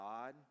God